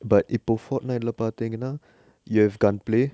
but இப்பொ:ippo fortnite lah பாத்திங்கனா:paathingana you have gun play